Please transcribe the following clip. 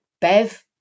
Bev